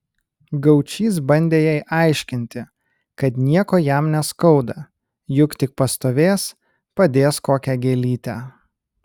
gaučys bandė jai aiškinti kad nieko jam neskauda juk tik pastovės padės kokią gėlytę